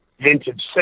Vintage